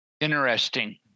Interesting